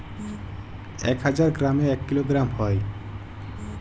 এক হাজার গ্রামে এক কিলোগ্রাম হয়